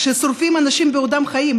כששורפים אנשים בעודם חיים,